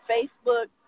Facebook